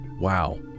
Wow